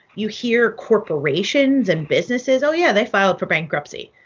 you hear corporations and businesses oh, yeah, they filed for bankruptcy.